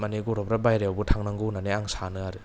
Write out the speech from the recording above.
माने गथ'फ्रा बाहेरायावबो थांनांगौ होन्नानै आं सानो आरो